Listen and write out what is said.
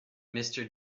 mister